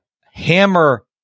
Hammer